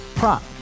Prop